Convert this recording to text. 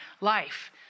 life